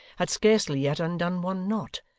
had scarcely yet undone one knot.